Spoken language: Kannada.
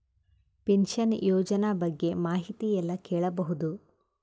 ಪಿನಶನ ಯೋಜನ ಬಗ್ಗೆ ಮಾಹಿತಿ ಎಲ್ಲ ಕೇಳಬಹುದು?